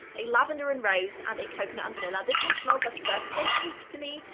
a lavender and rose and a coconut vanilla. this one smells like a birthday cake to me,